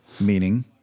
Meaning